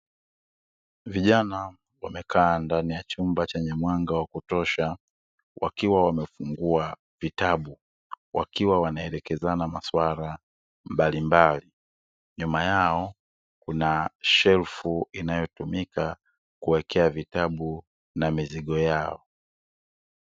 Vijana wamekaa ndani ya chumba chenye mwanga wa kutosha wakiwa wamefungua vitabu, wakiwa wanaelekezana maswala mbalimbali, nyuma yao kuna shelfu inayotumika kuwekea vitabu na mizigo yao.